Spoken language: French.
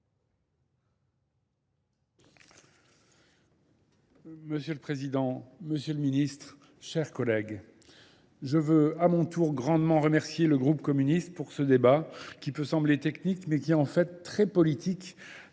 Monsieur le Président, Monsieur le Ministre, chers collègues, je veux à mon tour grandement remercier le groupe communiste pour ce débat qui peut sembler technique mais qui est en fait très politique